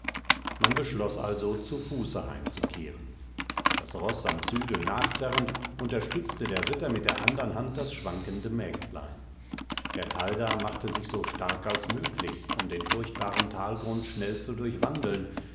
man beschloß also zu fuße heimzukehren das roß am zügel nachzerrend unterstützte der ritter mit der andern hand das schwankende mägdlein bertalda machte sich so stark als möglich um den furchtbaren talgrund schnell zu durchwandeln